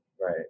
Right